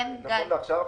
נכון לעכשיו.